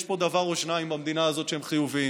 יש פה דבר או שניים במדינה הזאת שהם חיוביים,